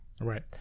Right